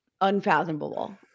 unfathomable